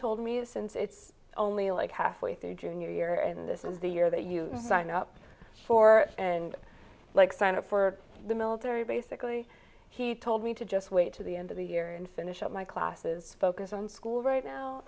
told me since it's only like halfway through junior year and this is the year that you sign up for and like sign up for the military basically he told me to just wait to the end of the year and finish up my classes focus on school right now